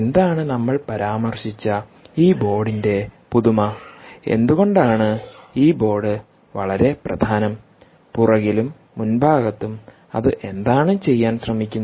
എന്താണ് നമ്മൾ പരാമർശിച്ച ഈ ബോർഡിന്റെ പുതുമ എന്തുകൊണ്ടാണ് ഈ ബോർഡ് വളരെ പ്രധാനംപുറകിലും മുൻഭാഗത്തും അത് എന്താണ് ചെയ്യാൻ ശ്രമിക്കുന്നത്